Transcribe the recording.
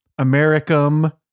americum